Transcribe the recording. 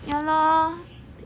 ya lor